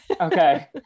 okay